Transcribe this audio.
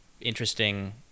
interesting